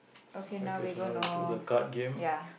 okay now we gonna s~ ya